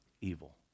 evil